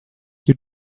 you